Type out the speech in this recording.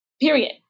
period